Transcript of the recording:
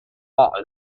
bought